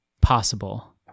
possible